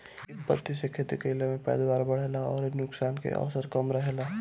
इ पद्धति से खेती कईला में पैदावार बढ़ेला अउरी नुकसान के अवसर कम रहेला